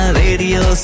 radio